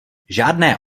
žádné